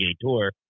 Tour